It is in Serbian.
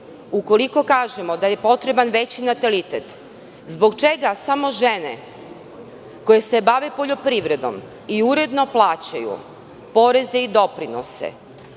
ukoliko kažemo da je potreban veći natalitet, zbog čega samo žene koje se bave poljoprivredom i uredno plaćaju poreze i doprinose